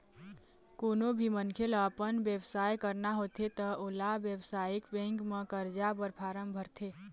कोनो भी मनखे ल अपन बेवसाय करना होथे त ओला बेवसायिक बेंक म करजा बर फारम भरथे